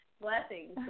Blessings